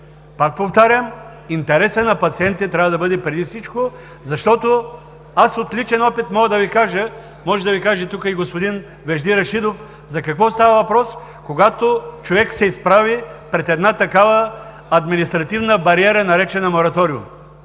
Пак повтарям, интересът на пациентите трябва да бъде преди всичко, защото аз от личен опит мога да Ви кажа – тук може да Ви каже и господин Вежди Рашидов за какво става въпрос, когато човек се изправи пред една такава административна бариера, наречена Мораториум.